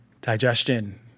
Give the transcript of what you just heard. Digestion